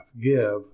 Give